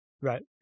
Right